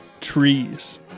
trees